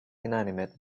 inanimate